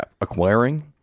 acquiring